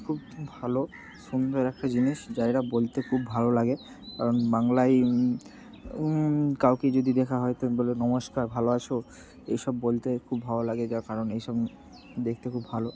খুব ভালো সুন্দর একটা জিনিস যা এরা বলতে খুব ভালো লাগে কারণ বাংলায় কাউকে যদি দেখা হয় তো বলে নমস্কার ভালো আছো এই সব বলতে খুব ভালো লাগে তার কারণ এই সব দেখতে খুব ভালো